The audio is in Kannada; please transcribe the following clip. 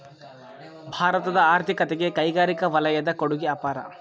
ಭಾರತದ ಆರ್ಥಿಕತೆಗೆ ಕೈಗಾರಿಕಾ ವಲಯದ ಕೊಡುಗೆ ಅಪಾರ